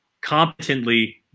competently